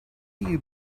you